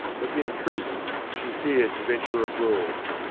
but in truth she feared to venture abroad.